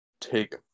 take